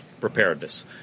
preparedness